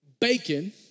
bacon